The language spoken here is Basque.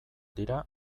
dira